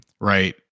right